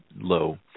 low